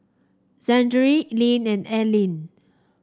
Zackary Linn and Eileen